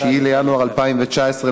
9 בינואר 2019,